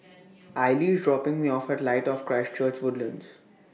Aili IS dropping Me off At Light of Christ Church Woodlands